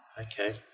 okay